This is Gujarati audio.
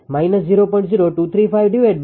4 છે કારણ કે ΔFSS પ્લસ આવે છે